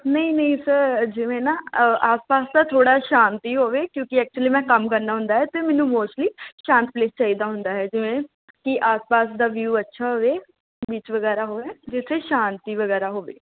ਨਹੀਂ ਨਹੀਂ ਸਰ ਜਿਵੇਂ ਨਾ ਅ ਆਸ ਪਾਸ ਤਾਂ ਥੋੜ੍ਹਾ ਸ਼ਾਂਤੀ ਹੋਵੇ ਕਿਉਂਕਿ ਐਕਚੁਲੀ ਮੈਂ ਕੰਮ ਕਰਨਾ ਹੁੰਦਾ ਅਤੇ ਮੈਨੂੰ ਮੋਸਟਲੀ ਸ਼ਾਂਤ ਪਲੇਸ ਚਾਹੀਦਾ ਹੁੰਦਾ ਹੈ ਜਿਵੇਂ ਕਿ ਆਸ ਪਾਸ ਦਾ ਵਿਊ ਅੱਛਾ ਹੋਵੇ ਬੀਚ ਵਗੈਰਾ ਹੋਵੇ ਜਿੱਥੇ ਸ਼ਾਂਤੀ ਵਗੈਰਾ ਹੋਵੇ